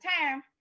time